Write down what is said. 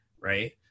right